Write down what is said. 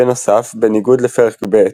בנוסף, בניגוד לפרק ב',